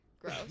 gross